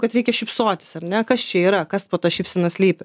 kad reikia šypsotis ar ne kas čia yra kas po ta šypsena slypi